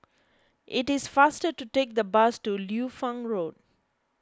it is faster to take the bus to Liu Fang Road